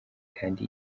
kandi